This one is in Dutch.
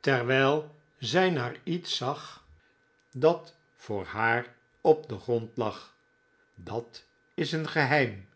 terwijl zij naar iets zag dat voor haar op den grond lag dat is een geheim